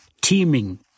teeming